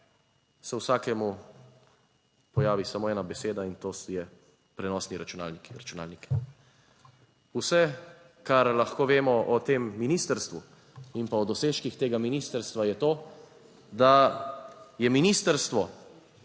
se vsakemu pojavi samo ena beseda, in to je prenosni računalnik in računalnik. Vse, kar lahko vemo o tem ministrstvu in pa o dosežkih tega ministrstva je to, da je ministrstvo